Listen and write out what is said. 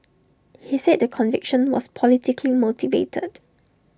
he said the conviction was politically motivated